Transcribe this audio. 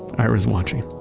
ira's watching